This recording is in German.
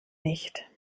nicht